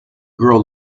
grow